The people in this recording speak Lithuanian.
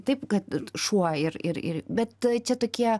taip kad šuo ir ir ir bet čia tokie